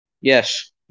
Yes